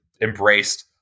embraced